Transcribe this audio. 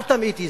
אל תמעיטי,